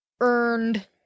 earned